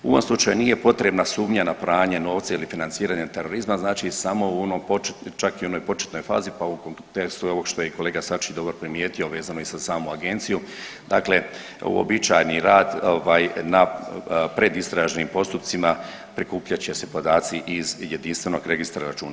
U ovom slučaju nije potrebna sumnja na pranje novca ili financiranje terorizma, znači samo u onoj početnoj, čak i u onoj početnoj fazi, pa u kontekstu i ovog što je i kolega Sačić dobro primijetio vezano i za samu agenciju, dakle uobičajeni rad ovaj na predistražnim postupcima prikupljat će se podaci iz jedinstvenog registra računa.